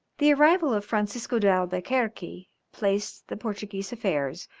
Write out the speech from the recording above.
the arrival of francisco d'albuquerque placed the portuguese affairs,